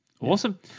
Awesome